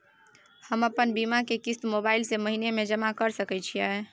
हम अपन बीमा के किस्त मोबाईल से महीने में जमा कर सके छिए?